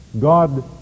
God